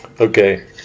okay